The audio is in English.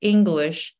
English